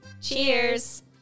Cheers